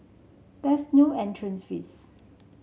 there is no entrance fee